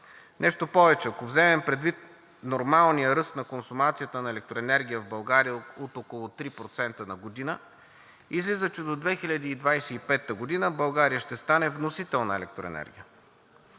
Нещо повече, ако вземем предвид нормалния ръст на консумацията на електроенергия в България от около 3% на година, излиза, че до 2025 г. България ще стане вносител на електроенергия.